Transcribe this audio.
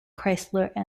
chrysler